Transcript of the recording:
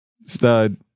stud